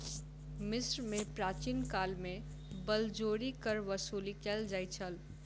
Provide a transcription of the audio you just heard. मिस्र में प्राचीन काल में बलजोरी कर वसूली कयल जाइत छल